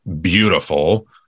beautiful